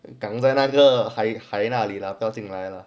港在那个海那里不要进来了